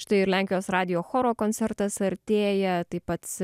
štai ir lenkijos radijo choro koncertas artėja taip pat